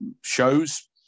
shows